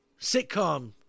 sitcom